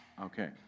Okay